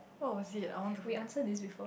what was it I want to